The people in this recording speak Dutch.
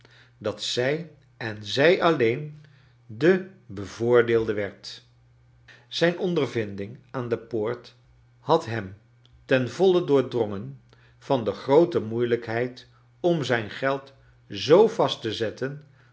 dat zij en zij alleen de bevoordeelde werd zijn ondervinding aan de poort had hem ten voile doordrongen van de groote moeiiijkheid om zijn geld zoo vast te zetten